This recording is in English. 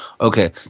okay